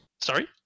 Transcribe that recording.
Sorry